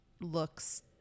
looks